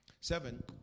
Seven